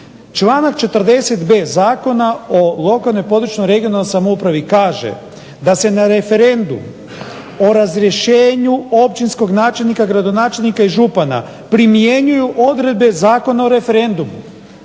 Članak 40.b zakona o lokalnoj, područnoj, regionalnoj samoupravi kaže da se na referendum o razrješenju općinskog načelnika, gradonačelnika i župana primjenjuju odredbe Zakona o referendumu.